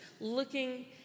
looking